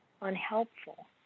unhelpful